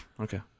Okay